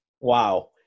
Wow